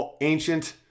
ancient